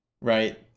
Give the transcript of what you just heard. right